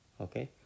okay